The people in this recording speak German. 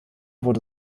wurde